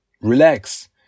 relax